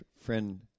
friend